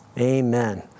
amen